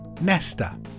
Nesta